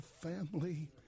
family